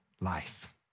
life